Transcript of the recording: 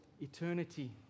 eternity